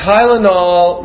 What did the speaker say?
Tylenol